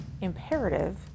imperative